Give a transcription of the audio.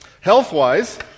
Health-wise